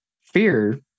fear